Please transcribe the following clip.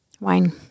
Wine